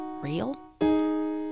real